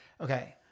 Okay